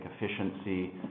efficiency